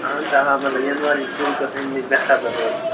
اَہَن حَظ آ یِنہٕ واجٮ۪ن پُے گژھِ اَمہِ نش بےخبر روزٕنۍ